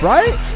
Right